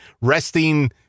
Resting